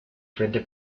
frente